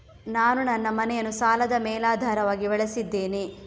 ನಾನು ನನ್ನ ಮನೆಯನ್ನು ಸಾಲದ ಮೇಲಾಧಾರವಾಗಿ ಬಳಸಿದ್ದೇನೆ